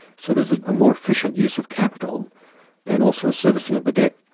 so there's a more efficient use of capital and also a servicing of the debt.